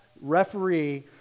referee